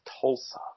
Tulsa